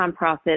nonprofit